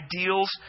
ideals